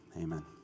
amen